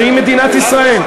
שהיא מדינת ישראל.